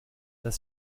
das